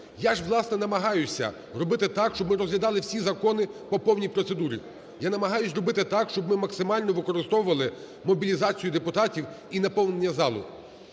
Я ж, власне, намагаюся робити так, щоб ми розглядали всі закони по повній процедурі. Я намагаюсь зробити так, щоб ми максимально використовували мобілізацію депутатів і наповнення залу.